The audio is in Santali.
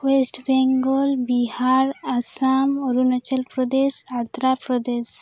ᱳᱥᱮᱴᱵᱮᱱᱜᱚᱞ ᱵᱤᱦᱟᱨ ᱟᱥᱟᱢ ᱚᱨᱩᱱᱟᱪᱚᱞᱯᱨᱚᱫᱮᱥ ᱟᱫᱷᱨᱟᱯᱨᱚᱫᱮᱥ